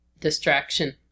distraction